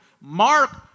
Mark